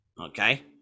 Okay